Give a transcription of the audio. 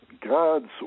God's